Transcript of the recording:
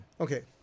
Okay